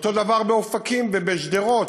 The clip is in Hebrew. אותו דבר באופקים, ובשדרות,